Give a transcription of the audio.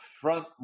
front